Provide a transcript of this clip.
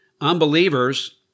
unbelievers